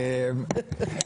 אני אמשיך.